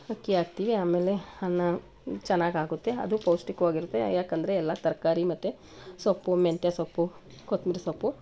ಅಕ್ಕಿ ಹಾಕ್ತೀನಿ ಆಮೇಲೆ ಅನ್ನ ಚೆನ್ನಾಗಾಗುತ್ತೆ ಅದು ಪೌಷ್ಟಿಕವಾಗಿರುತ್ತೆ ಯಾಕೆಂದ್ರೆ ಎಲ್ಲ ತರಕಾರಿ ಮತ್ತೆ ಸೊಪ್ಪು ಮೆಂತ್ಯ ಸೊಪ್ಪು ಕೊತ್ತಂಬ್ರಿ ಸೊಪ್ಪು